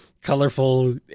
colorful